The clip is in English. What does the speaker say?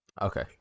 Okay